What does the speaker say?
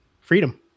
Freedom